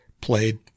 played